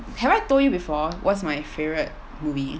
have I told you before what's my favourite movie